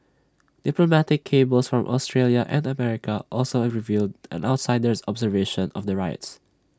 diplomatic cables from Australia and America also revealed an outsider's observation of the riots